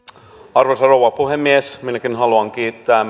arvoisa rouva puhemies minäkin haluan kiittää